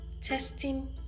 testing